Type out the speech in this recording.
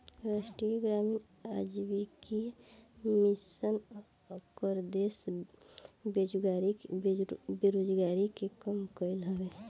राष्ट्रीय ग्रामीण आजीविका मिशन कअ उद्देश्य बेरोजारी के कम कईल हवे